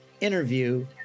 interview